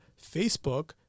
facebook